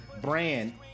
brand